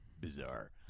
bizarre